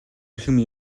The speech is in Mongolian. эрхэм